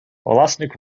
власник